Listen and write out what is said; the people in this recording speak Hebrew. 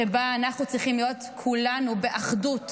שבה אנחנו צריכים להיות כולנו באחדות.